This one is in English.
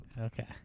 Okay